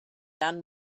done